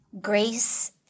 grace